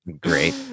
Great